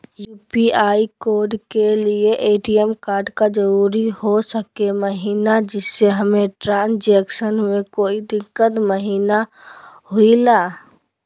UPI code के लिए ATM का जरूरी हो सके महिना जिससे हमें ट्रांजैक्शन में कोई दिक्कत महिना हुई ला?